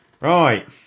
Right